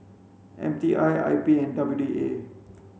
M T I I P and W D A